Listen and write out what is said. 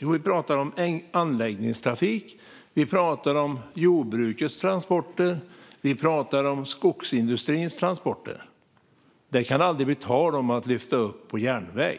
Jo, vi pratar om anläggningstrafik, om jordbrukets transporter och om skogsindustrins transporter. Det kan aldrig bli tal om att lyfta upp dem på järnväg